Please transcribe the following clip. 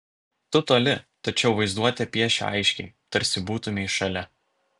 tu toli tačiau vaizduotė piešia aiškiai tarsi būtumei šalia